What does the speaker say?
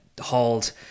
hauled